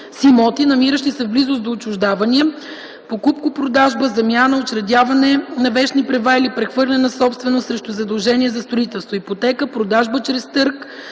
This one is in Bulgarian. имоти, намиращи се в близост до отчуждавания: покупко-продажба, замяна, учредяване на вещни права или прехвърляне на собственост срещу задължение за строителство, ипотека, продажба чрез търг